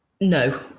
No